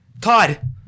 Todd